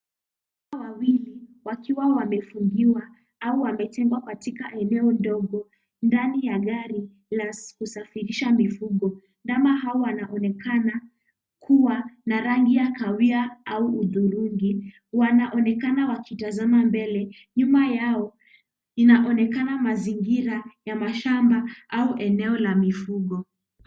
Ndama wawili wakiwa wamefungiwa au wametengwa katika eneo ndogo, ndani ya gari ya kusafirisha mifugo. Ndama hawa wanaonekana kuwa na rangi ya kahawia au hudhurungi. Wanaonekana wakitazama mbele, nyuma yao inaonekana mazingira ya mashamba au eneo la mifugo.